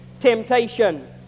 temptation